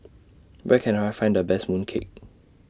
Where Can I Find The Best Mooncake